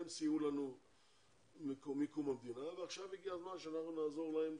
הם סייעו לנו מקום המדינה ועכשיו הגיע הזמן שאנחנו נעזור להם,